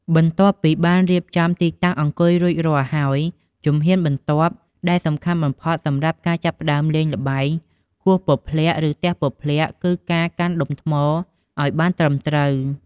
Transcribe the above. បន្ទាប់ពីបានរៀបចំទីតាំងអង្គុយរួចរាល់ហើយ ជំហានបន្ទាប់ដែលសំខាន់បំផុតសម្រាប់ការចាប់ផ្តើមលេងល្បែង គោះពព្លាក់ ឬ ទះពព្លាក់ គឺការ កាន់ដុំថ្មឲ្យបានត្រឹមត្រូវ។